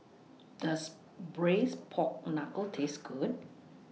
Does Braised Pork Knuckle Taste Good